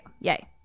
Yay